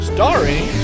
Starring